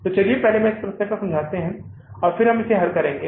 तो चलिए पहले इस समस्या को समझते हैं और फिर हम इसे हल करेंगे